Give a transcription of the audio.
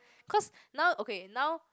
cause now okay now